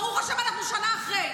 ברוך השם, אנחנו שנה אחרי.